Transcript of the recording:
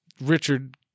Richard